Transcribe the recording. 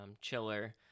chiller